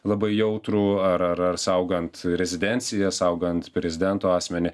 labai jautrų ar ar ar saugant rezidenciją saugant prezidento asmenį